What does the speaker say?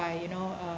by you know uh